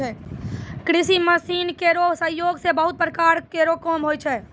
कृषि मसीन केरो सहयोग सें बहुत प्रकार केरो काम होय छै